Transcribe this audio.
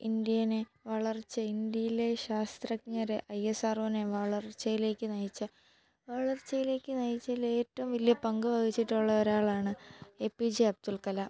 ഇൻഡ്യേനെ വളർച്ച ഇൻഡ്യയിലെ ശാസ്ത്രജ്ഞര് ഐ എസ് ആർ ഒയിനെ വളർച്ചയിലേക്ക് നയിച്ച വളർച്ചയിലേക്ക് നയിച്ചതിൽ ഏറ്റവും വലിയ പങ്ക് വഹിച്ചിട്ടുള്ള ഒരാളാണ് A P J Abdul Kalam